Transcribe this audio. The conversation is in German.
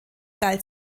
galt